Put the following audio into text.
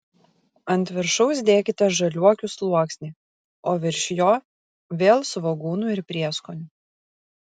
ant viršaus dėkite žaliuokių sluoksnį o virš jo vėl svogūnų ir prieskonių